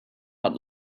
but